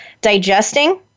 digesting